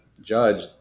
Judge